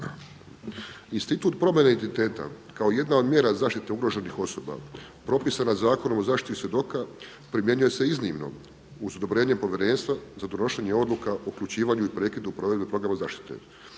Institut … identiteta kao jedna od mjera zaštite ugroženih osoba propisana Zakonom o zaštiti svjedoka primjenjuje se iznimno uz odobrenje Povjerenstva za donošenje odluka o uključivanju i prekidu provedbe programa zaštite